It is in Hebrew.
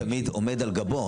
הוא תמיד עומד על גבו,